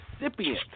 recipient